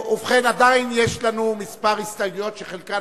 ובכן, עדיין יש לנו מספר הסתייגויות, שחלקן